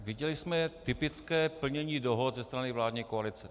Viděli jsme typické plnění dohod ze strany vládní koalice.